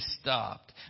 stopped